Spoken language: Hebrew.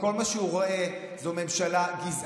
וכל מה שהוא רואה הוא ממשלה גזענית,